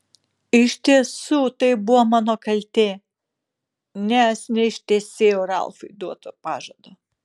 iš tiesų tai buvo mano kaltė nes neištesėjau ralfui duoto pažado